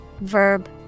Verb